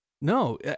No